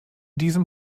diesem